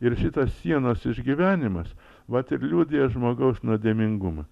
ir šitas sienos išgyvenimas vat ir liudija žmogaus nuodėmingumą